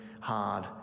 hard